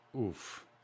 oof